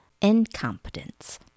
incompetence